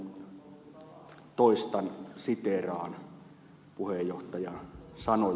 heinäluomalle toistan siteeraan puheenjohtajan sanoja